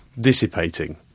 dissipating